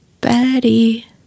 Betty